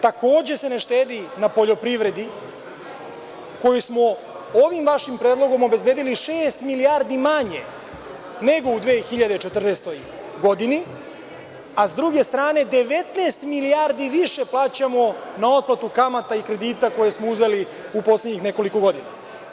Takođe se ne štedi na poljoprivredi kojoj smo ovim vašim predlogom obezbedili šest milijardi manje nego u 2014. godini, a s druge strane 19 milijardi više plaćamo na otplatu kamata i kredita koje smo uzeli u poslednjih nekoliko godina.